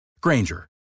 Granger